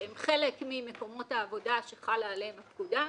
שהם חלק ממקומות העבודה שחלה עליהם הפקודה,